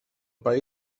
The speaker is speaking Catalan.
país